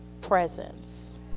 presence